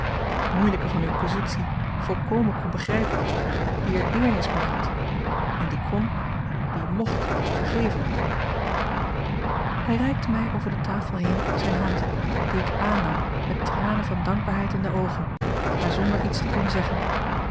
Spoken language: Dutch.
die het moeilijke van uwe positie volkomen kon begrijpen die er deernis mee had en die kon die mocht vergeven hij reikte mij over de tafel heen zijne hand die ik aannam met tranen van dankbaarheid in de oogen maar zonder iets te kunnen zeggen